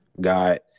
God